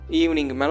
evening